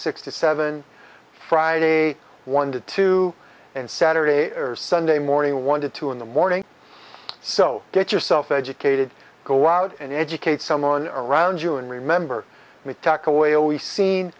sixty seven friday one to two and saturday or sunday morning one to two in the morning so get yourself educated go out and educate someone around you and remember